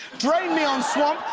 drain me on swamp,